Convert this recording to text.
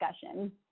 discussion